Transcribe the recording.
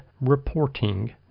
reporting